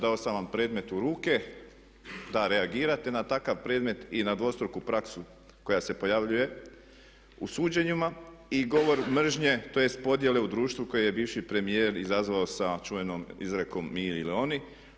Dao sam vam predmet u ruke da reagirate na takav predmet i na dvostruku praksu koja se pojavljuje u suđenjima i govor mržnje, tj. podjele u društvu koje je bivši premijer izazvao sa čuvenom izrekom mi ili oni.